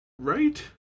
Right